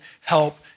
help